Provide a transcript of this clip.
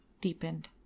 deepened